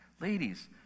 ladies